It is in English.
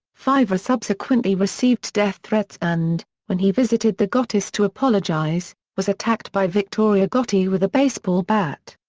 favara subsequently received death threats and, when he visited the gottis to apologize, was attacked by victoria gotti with a baseball bat.